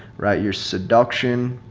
right? your seduction,